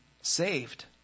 saved